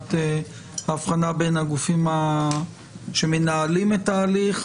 מבחינת ההבחנה בין הגופים שמנהלים את ההליך,